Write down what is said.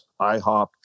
IHOP